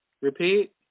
Repeat